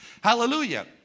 Hallelujah